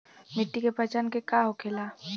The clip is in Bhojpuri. मिट्टी के पहचान का होखे ला?